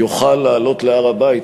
יוכל לעלות להר-הבית.